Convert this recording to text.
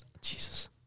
Jesus